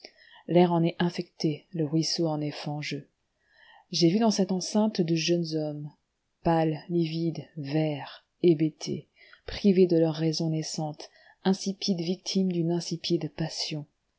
l'air en est infecté le ruisseau en est fangeux j'ai vu dans cette enceinte de jeunes hommes pâles livides verts hébétés privés de leur raison naissante insipides victimes d'une insipide passion